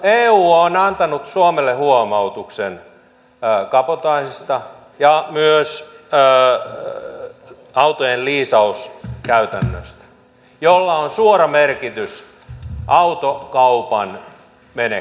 eu on antanut suomelle huomautuksen kabotaasista ja myös autojen liisauskäytännöstä jolla on suora merkitys autokaupan menekkiin